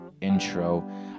intro